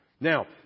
Now